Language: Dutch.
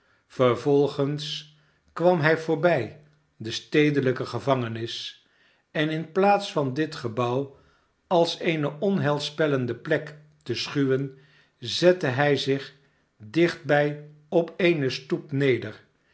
vervolgens kwam hij voorbij de stedelijke gevangenis en in plaats van dit gebouw als eene onheilspellende plek te schuwen zette hij zich dichtbij op eene stoep neder